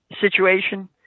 situation